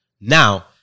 Now